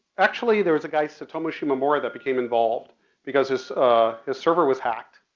actually there was a guy, tsutomu shimomura, that became involved because his, his server was hacked.